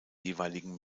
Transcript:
jeweiligen